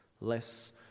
less